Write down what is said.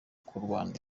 kurwanya